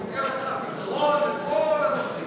אני מבטיח לך פתרון לכל הנושאים,